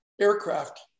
aircraft